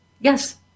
Yes